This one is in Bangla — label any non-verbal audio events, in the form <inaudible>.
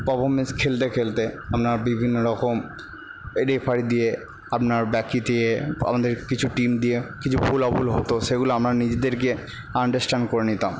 পারফরমেন্স খেলতে খেলতে আমরা বিভিন্ন রকম রেফারি দিয়ে আপনার ব্যাকি দিয়ে আমাদের কিছু টিম দিয়ে কিছু <unintelligible> হতো সেগুলো আমরা নিজেদেরকে আন্ডারস্ট্যান্ড করে নিতাম